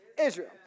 Israel